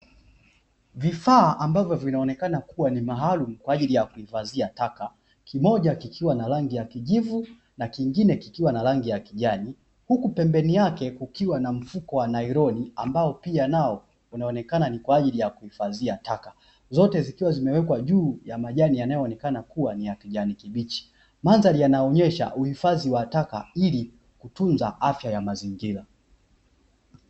Vifaa ambayo vinaonekana kuwa ni maalum kwa ajili ya kuhifadhia taka, kimoja kikiwa na rangi ya kijivu na kingine kikiwa na rangi ya kijani. Huku pembeni yake kukiwa na mfuko wa nailoni ambao pia nao unaonekana ni kwa ajili ya kuhifadhia taka. Zote zikiwa zimewekwa juu ya majani yanayoonekana kuwa ni ya kijani kibichi. Mandhari yanaonyesha uhifadhi wa taka ili kutunza afya ya mazingira.